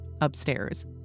upstairs